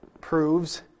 proves